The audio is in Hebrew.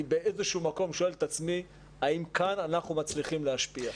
אני באיזשהו מקום שואל את עצמי האם כאן אנחנו מצליחים להשפיע.